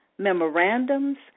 memorandums